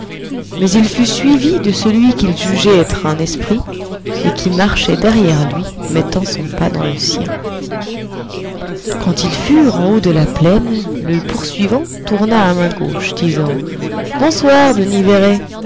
mais il fut suivi de celui qu'il jugeait être un esprit et qui marchait derrière lui mettant son pas dans le sien quand ils furent en haut de la plaine le poursuivant tourna à main gauche disant bonsoir